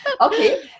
okay